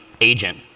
agent